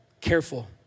Careful